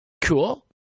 cool